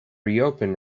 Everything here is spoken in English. reopen